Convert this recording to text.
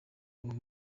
ubu